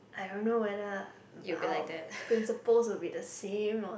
I don't know whether our principals will be the same or